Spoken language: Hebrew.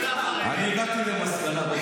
אני הגעתי למסקנה.